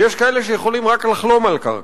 ויש כאלה שיכולים רק לחלום על קרקע.